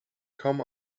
kaum